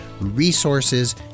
resources